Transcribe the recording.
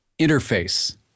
interface